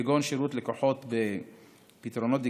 כגון שירות לקוחות בפתרונות דיגיטליים.